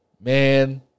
Man